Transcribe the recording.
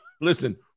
listen